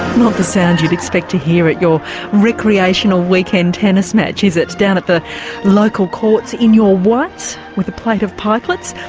not the sound you'd expect to hear at your recreational weekend tennis match is it, down at the local courts in your whites with a plate of pikelets.